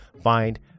find